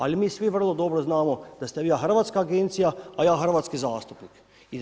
Ali mi svi vrlo dobro znamo da ste vi hrvatska agencija a ja hrvatski zastupnik.